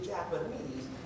Japanese